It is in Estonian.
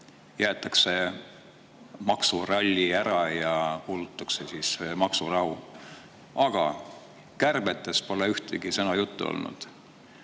jäetakse maksuralli ära ja kuulutatakse välja maksurahu, aga kärbetest pole ühtegi sõna juttu olnud.